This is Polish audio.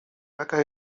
jaka